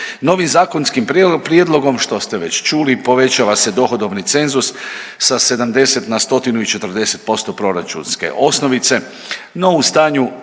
Novi zakonskim prijedlogom, što ste već čuli povećava se dohodovni cenzus sa 70 na 140% proračunske osnovice, no u stanju